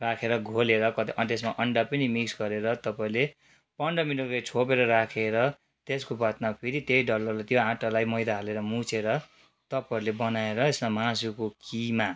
राखेर घोलेर कति त्यसमा अन्डा पनि मिक्स गरेर तपाईँले पन्ध्र मिनट जति छोपेर राखेर त्यसको बादमा फेरि त्यही डल्लालाई त्यो आँटालाई मैदा हालेर मुछेर तपाईँहरूले बनाएर यसमा मासुको किमा